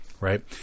Right